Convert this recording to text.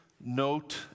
note